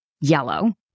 yellow